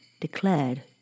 declared